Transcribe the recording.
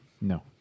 No